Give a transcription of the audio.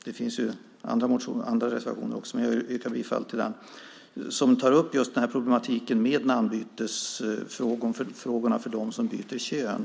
Det finns även andra reservationer, men jag yrkar bifall endast till reservation 3 som tar upp problematiken med namnbytesfrågan för dem som byter kön.